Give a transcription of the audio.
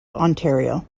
ontario